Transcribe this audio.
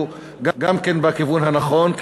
הוא גם כן בכיוון הנכון,